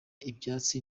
ibyatsi